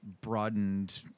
broadened